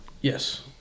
Yes